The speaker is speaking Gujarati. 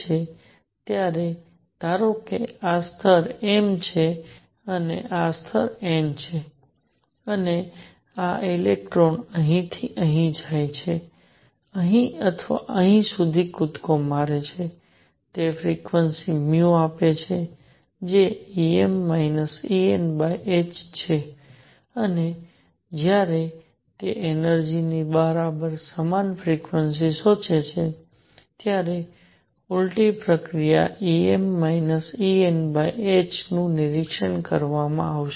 તેથી ધારો કે આ સ્તર m છે આ સ્તર n છે અને આ ઇલેક્ટ્રોન અહીંથી અહીં અથવા અહીં અથવા અહીં સુધી કૂદકો મારે છે તે ફ્રિક્વન્સી આપે છે જે Em Enh છે અને જ્યારે તે એનર્જિ ને બરાબર સમાન ફ્રિક્વન્સી શોષે છે ત્યારે ઉલટી પ્રક્રિયા Em Enh નું નિરીક્ષણ કરવામાં આવશે